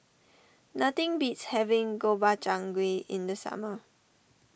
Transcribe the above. nothing beats having Gobchang Gui in the summer